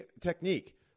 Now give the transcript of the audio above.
technique